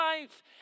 life